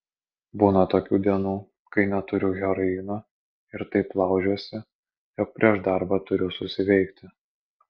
būna tokių dienų kai neturiu heroino ir taip laužiuosi jog prieš darbą turiu susiveikti